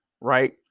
right